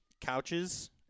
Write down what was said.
couches